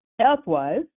health-wise